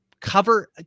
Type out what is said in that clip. cover